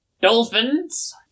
Dolphins